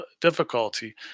difficulty